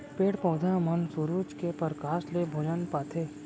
पेड़ पउधा मन सुरूज के परकास ले भोजन पाथें